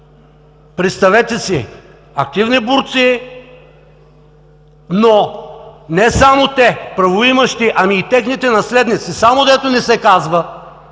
представете си, активни борци, но не само те правоимащи, ами и техните наследници! Само дето не се казва